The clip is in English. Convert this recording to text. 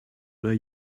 were